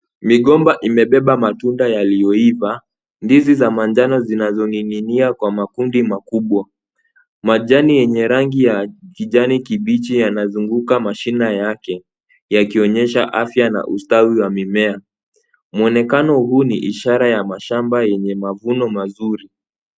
Migomba imebeba matunda yaliyoiva, ndizi za manjano zinazoning'inia kwa makundi makubwa. Majani yenye rangi ya kijani kibichi yanazunguka mashina yake yakionyesha afya na ustawi wa mimea. Mwonekano huu ni ishara ya mashamba yenye mavuno mazuri.